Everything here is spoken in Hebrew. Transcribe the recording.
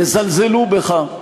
יזלזלו בך.